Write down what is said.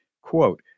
Quote